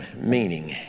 meaning